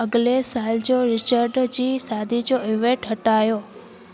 अगिले साल जो रिचर्ड जी सादी जो इवेंट हटायो